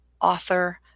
author